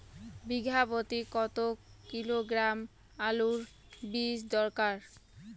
বিঘা প্রতি কত কিলোগ্রাম আলুর বীজ দরকার?